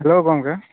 hello ᱜᱚᱢᱠᱮ